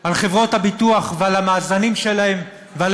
על חברות הביטוח ועל המאזנים שלהן ועל